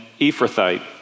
Ephrathite